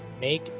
Make